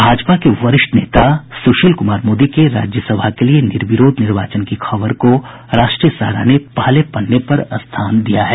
भाजपा के वरिष्ठ नेता सुशील कुमार मोदी के राज्यसभा के लिए निर्विरोध निर्वाचन की खबर को राष्ट्रीय सहारा ने पहले पन्ने पर स्थान दिया है